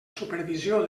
supervisió